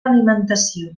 alimentació